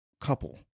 couple